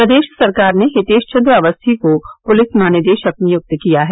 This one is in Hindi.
प्रदेश सरकार ने हितेश चंद्र अवस्थी को पुलिस महानिदेशक नियुक्त किया है